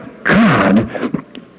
God